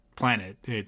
planet